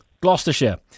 Gloucestershire